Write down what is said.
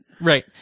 Right